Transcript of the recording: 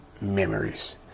memories